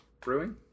Brewing